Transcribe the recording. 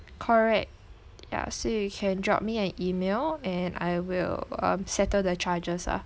correct ya so you can drop me an email and I will um settle the charges ah